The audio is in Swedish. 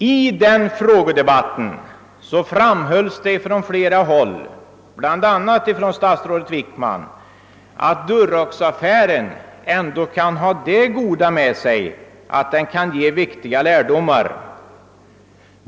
I den frågedebatten framhölls det från flera håll, bl.a. av statsrådet Wickman, att Duroxaffären ändå kan ha det goda med sig, att den kan ge viktiga lärdomar.